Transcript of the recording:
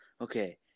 Okay